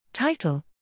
Title